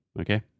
Okay